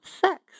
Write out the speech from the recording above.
sex